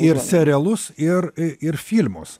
ir serialus ir ir filmus